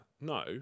No